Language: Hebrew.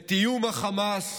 את איום החמאס